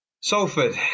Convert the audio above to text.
Salford